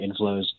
inflows